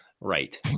Right